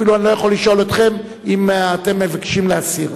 אפילו אני לא יכול לשאול אתכם אם אתם מבקשים להסיר.